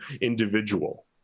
individual